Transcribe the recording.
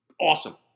Awesome